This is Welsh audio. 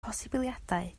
posibiliadau